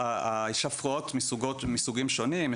יש הפרעות מסוגים שונים,